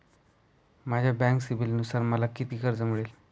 माझ्या बँक सिबिलनुसार मला किती कर्ज मिळेल?